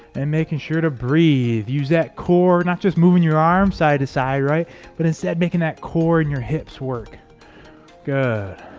and making sure to breathe use that core not just moving your arm side to side right but instead making that core and your hips work good